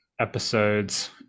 episodes